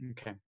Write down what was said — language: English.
Okay